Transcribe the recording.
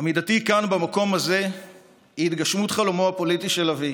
עמידתי כאן במקום הזה היא התגשמות חלומו הפוליטי של אבי